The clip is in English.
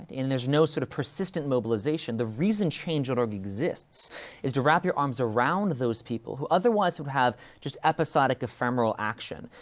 and there's no sort of persistent mobilization. the reason change dot org exists is to wrap your arms around those people, who otherwise would have just episodic, ephemeral action,